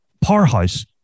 powerhouse